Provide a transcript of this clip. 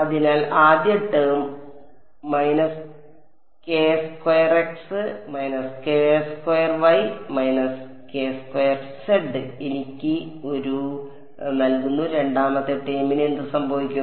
അതിനാൽ ആദ്യ ടേം എനിക്ക് ഒരു നൽകുന്നു രണ്ടാമത്തെ ടേമിന് എന്ത് സംഭവിക്കും